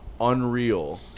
unreal